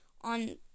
on